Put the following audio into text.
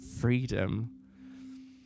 freedom